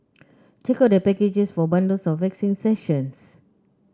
check out their packages for bundles of waxing sessions